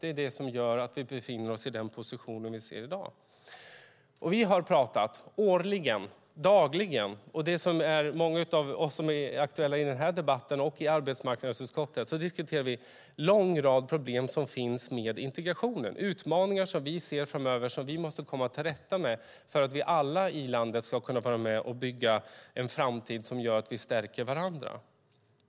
Det är det som gör att vi befinner oss i den position vi ser i dag. Många av oss som är aktuella i denna debatt och i arbetsmarknadsutskottets debatt har talat årligen och dagligen om detta. Vi diskuterar en lång rad problem som finns med integrationen. Det är utmaningar som vi ser framöver och som vi måste komma till rätta med för att vi alla i landet ska kunna vara med och bygga en framtid som gör att vi stärker varandra.